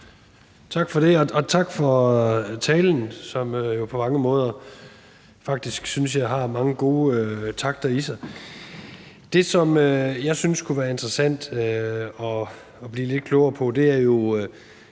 Tak for det, og tak for talen, som jo på mange måder faktisk, synes jeg, har mange gode takter i sig. Det, som jeg synes kunne være interessant at blive lidt klogere på, er jo